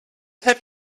have